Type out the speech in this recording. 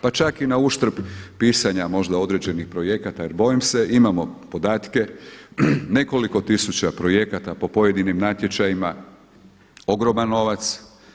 Pa čak i na uštrb pisanja možda određenih projekata jer bojim se imamo podatke, nekoliko tisuća projekata po pojedinim natječajima, ogroman novac.